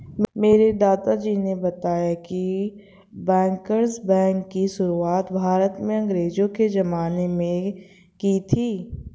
मेरे दादाजी ने बताया की बैंकर्स बैंक की शुरुआत भारत में अंग्रेज़ो के ज़माने में की थी